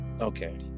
okay